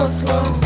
slow